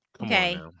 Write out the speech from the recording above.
okay